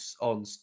on